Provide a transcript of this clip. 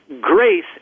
grace